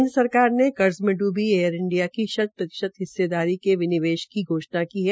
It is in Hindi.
केन्द्र सरकार ने कर्ज में डुबी एयर इंडिया की शत प्रतिशत हिस्सेदारी के विनिवेश की घोषणा की है